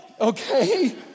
Okay